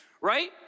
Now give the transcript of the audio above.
right